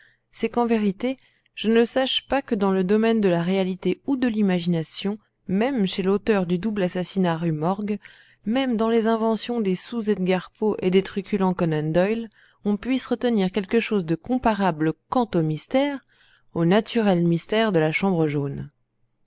c'est qu'en vérité je ne sache pas que dans le domaine de la réalité ou de l'imagination même chez l'auteur du double assassinat rue morgue même dans les inventions des sous edgar poe et des truculents conan doyle on puisse retenir quelque chose de comparable quant au mystère au naturel mystère de la chambre jaune